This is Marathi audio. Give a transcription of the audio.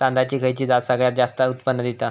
तांदळाची खयची जात सगळयात जास्त उत्पन्न दिता?